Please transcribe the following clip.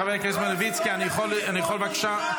חבר הכנסת מלביצקי, אני יכול, בבקשה?